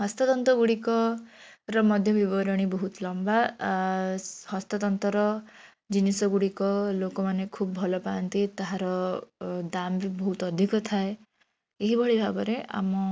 ହସ୍ତତନ୍ତ ଗୁଡ଼ିକ ର ମଧ୍ୟ ବିବରଣୀ ବହୁତ ଲମ୍ବା ହସ୍ତତନ୍ତର ଜିନିଷ ଗୁଡ଼ିକ ଲୋକମାନେ ଖୁବ୍ ଭଲ ପାଆନ୍ତି ତାହାର ଦାମ୍ ବି ବହୁତ ଅଧିକ ଥାଏ ଏହିଭଳି ଭାବରେ ଆମ